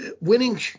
Winning